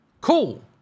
cool